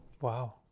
wow